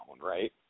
Right